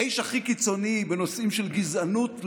האיש הכי קיצוני בנושאים של גזענות,